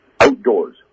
outdoors